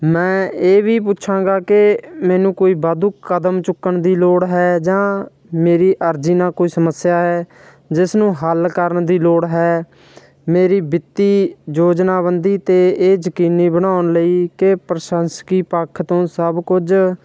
ਮੈਂ ਇਹ ਵੀ ਪੁੱਛਾਂਗਾ ਕਿ ਮੈਨੂੰ ਕੋਈ ਵਾਧੂ ਕਦਮ ਚੁੱਕਣ ਦੀ ਲੋੜ ਹੈ ਜਾਂ ਮੇਰੀ ਅਰਜ਼ੀ ਨਾਲ ਕੋਈ ਸਮੱਸਿਆ ਹੈ ਜਿਸ ਨੂੰ ਹੱਲ ਕਰਨ ਦੀ ਲੋੜ ਹੈ ਮੇਰੀ ਵਿੱਤੀ ਯੋਜਨਾਬੰਦੀ ਅਤੇ ਇਹ ਯਕੀਨੀ ਬਣਾਉਣ ਲਈ ਕਿ ਪ੍ਰਸ਼ੰਸਕੀ ਪੱਖ ਤੋਂ ਸਭ ਕੁਝ